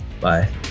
bye